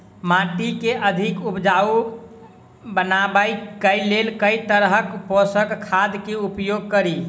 माटि केँ अधिक उपजाउ बनाबय केँ लेल केँ तरहक पोसक खाद केँ उपयोग करि?